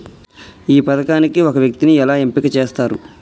ఈ పథకానికి ఒక వ్యక్తిని ఎలా ఎంపిక చేస్తారు?